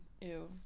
Ew